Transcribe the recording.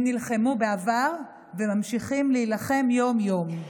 הם נלחמו בעבר וממשיכים להילחם יום-יום.